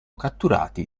catturati